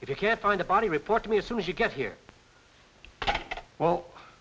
you can't find a body report to me as soon as you get here well